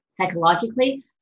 psychologically